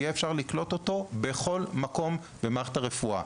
אפשר יהיה לקלוט אותו בכל מקום במערכת הרפואה,